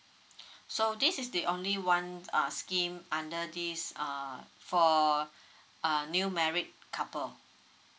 so this is the only one uh scheme under this err for uh new married couple